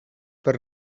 per